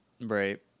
Right